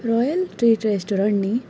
royal Tree restaurant न्हय